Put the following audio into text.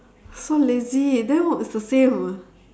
so lazy then what it's the same [what]